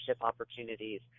opportunities